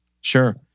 Sure